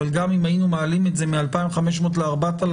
אבל גם אם היינו מעלים את זה מסכום של 2,500 ₪ ל-4,000